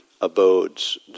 abodes